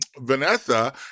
Vanessa